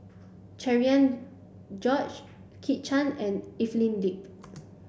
Cherian George Kit Chan and Evelyn Lip